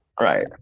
Right